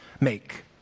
make